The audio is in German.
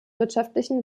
wirtschaftlichen